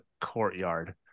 courtyard